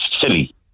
silly